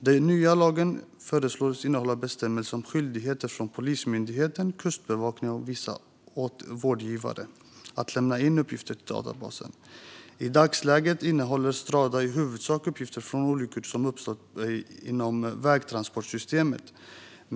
Den nya lagen föreslås innehålla bestämmelser om skyldigheter från Polismyndigheten, Kustbevakningen och vissa vårdgivare att lämna uppgifter till databasen. I dagsläget innehåller Strada i huvudsak uppgifter om olyckor som uppstått inom vägtransportsystemet.